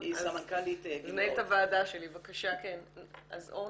בבקשה אורנה.